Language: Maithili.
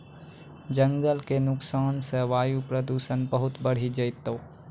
जंगल के नुकसान सॅ वायु प्रदूषण बहुत बढ़ी जैतै